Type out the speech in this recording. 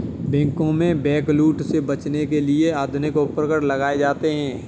बैंकों में बैंकलूट से बचने के लिए आधुनिक उपकरण लगाए जाते हैं